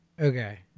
Okay